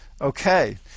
Okay